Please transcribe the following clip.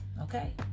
okay